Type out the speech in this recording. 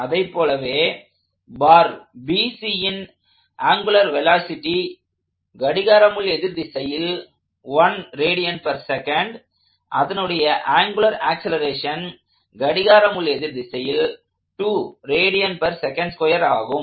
அதைப்போலவே பார் BCன் angular velocity கடிகார எதிர் திசையில் 1 rads அதனுடைய ஆங்குலார் ஆக்ஸலரேஷன் கடிகார எதிர் திசையில் ஆகும்